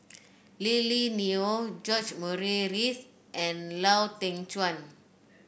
Lily Neo George Murray Reith and Lau Teng Chuan